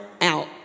out